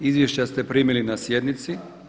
Izvješća ste primili na sjednici.